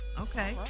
Okay